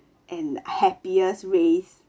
and happiest race